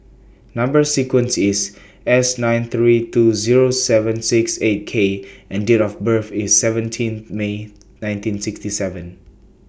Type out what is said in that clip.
Number sequence IS S nine three two Zero seven six eight K and Date of birth IS seventeen May nineteen sixty seven